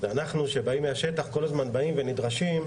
אנחנו שבאים מהשטח כל הזמן באים ונדרשים להוכיח.